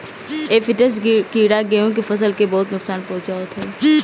aphids कीड़ा गेंहू के फसल के बहुते नुकसान पहुंचावत हवे